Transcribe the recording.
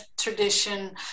tradition